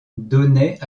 donnait